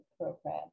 program